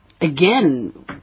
again